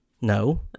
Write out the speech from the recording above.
No